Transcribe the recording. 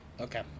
okay